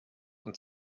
und